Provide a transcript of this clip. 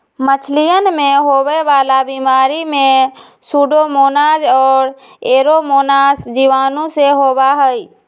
मछलियन में होवे वाला बीमारी में सूडोमोनाज और एयरोमोनास जीवाणुओं से होबा हई